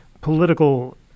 political